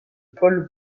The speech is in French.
paule